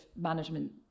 management